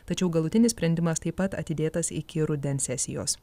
tačiau galutinis sprendimas taip pat atidėtas iki rudens sesijos